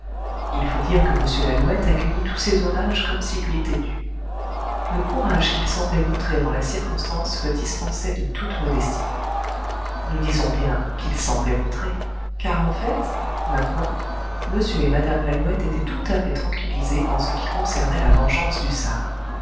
il faut dire que m lalouette accueillit tous ces hommages comme s'ils lui étaient dus le courage qu'il semblait montrer en la circonstance le dispensait de toute modestie nous disons bien qu'il semblait montrer car en fait maintenant m et mme lalouette étaient tout à fait tranquillisés en ce qui concernait la vengeance du sâr